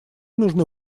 нужны